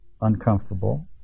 uncomfortable